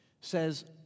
says